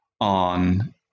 on